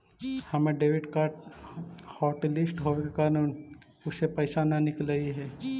हमर debit card hotlist होवे के कारण उससे पैसे न निकलई हे